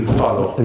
follow